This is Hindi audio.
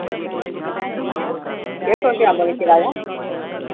एक हज़ार एक सौ रुपैया बोले किराया